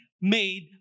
made